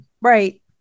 Right